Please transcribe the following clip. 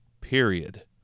period